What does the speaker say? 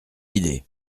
idée